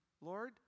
Lord